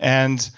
and